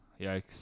Yikes